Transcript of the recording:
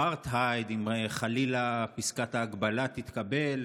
אפרטהייד, אם חלילה פסקת ההגבלה תתקבל,